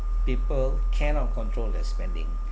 people cannot control their spending